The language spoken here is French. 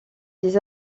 des